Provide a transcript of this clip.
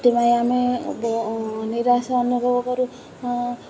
ସେଥିପାଇଁ ଆମେ ନିରାଶ ଅନୁଭବ କରୁ